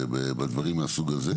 כלכליות בדברים מהסוג הזה,